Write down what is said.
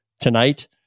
tonight